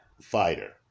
fighter